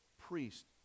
priest